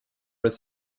his